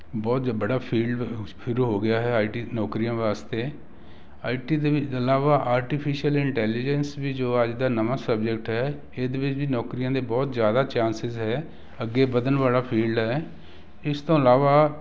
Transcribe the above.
ਬਹੁਤ ਬੜਾ field feel ਹੋ ਗਿਆ ਹੈ ਆਈ ਟੀ ਨੌਕਰੀਆਂ ਵਾਸਤੇ ਆਈ ਟੀ ਦੇ ਇਲਾਵਾ ਆਰਟੀਫਿਸ਼ਲ ਇਟੈਲੀਜੈਂਸ ਵੀ ਜੋ ਅੱਜ ਦਾ ਨਵਾਂ ਸਬਜੈਕਟ ਹੈ ਇਹਦੇ ਵਿੱਚ ਵੀ ਨੌਕਰੀਆਂ ਦੇ ਬਹੁਤ ਜ਼ਿਆਦਾ ਚਾਂਸਿਸ ਹੈ ਅੱਗੇ ਵਧਣ ਵਾਲਾ ਫੀਲਡ ਹੈ ਇਸ ਤੋਂ ਇਲਾਵਾ